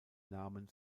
namen